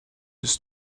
his